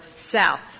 south